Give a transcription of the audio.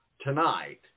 tonight